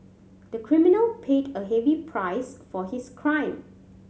the criminal paid a heavy price for his crime